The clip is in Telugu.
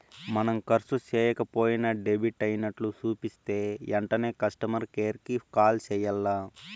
మనం కర్సు సేయక పోయినా డెబిట్ అయినట్లు సూపితే ఎంటనే కస్టమర్ కేర్ కి కాల్ సెయ్యాల్ల